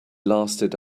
lasted